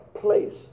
place